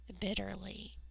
bitterly